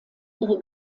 ihre